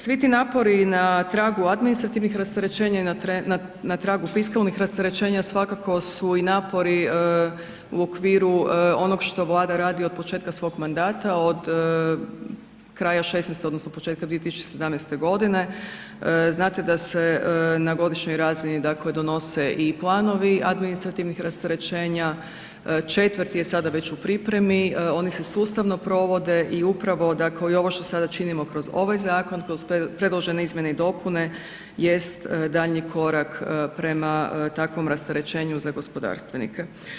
Svi ti napori na tragu administrativnih rasterećenja i na tragu fiskalnih rasterećenja, svakako su i napori u okviru onog što Vlada radi od početka svog mandata, od kraja 2016. odnosno početka 2017. g., znate da se na godišnjoj razini dakle donose i planovi administrativnih rasterećenja, četvrti je sada već u pripremi, oni se sustavno provode i upravo dakle i ovo što sada činimo kroz ovaj zakon, kroz predložene izmjene i dopune jest daljnji korak prema takvom rasterećenju za gospodarstvenike.